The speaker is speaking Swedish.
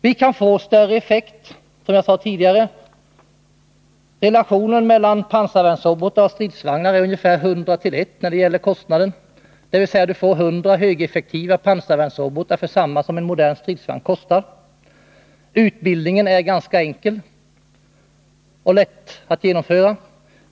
Vi kan få ut större effekt, som jag tidigare sade. Kostnadsförhållandet mellan pansarvärnsrobotar och stridsvagnar är ungefär 100:1, dvs.: vi får 100 högeffektiva pansarvärnsrobotar för samma kostnad som en modern stridsvagn. Utbildningen är ganska enkel och lätt att genomföra.